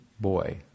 boy